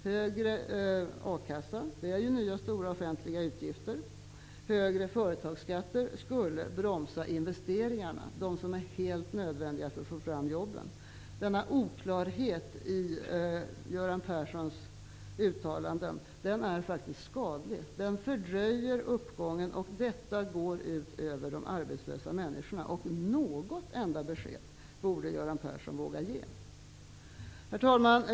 Högre ersättning från a-kassa ger ju nya stora offentliga utgifter. Högre företagsskatter skulle bromsa investeringarna, som i sin tur är helt nödvändiga för att få fram jobb. Denna oklarhet i Göran Perssons uttalanden är faktiskt skadlig. Den fördröjer uppgången. Det går ut över de arbetslösa människorna. Något enda besked borde Göran Persson våga ge. Herr talman!